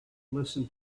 listen